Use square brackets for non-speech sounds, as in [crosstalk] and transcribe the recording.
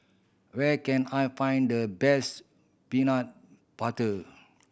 where can I find the best peanut [unintelligible]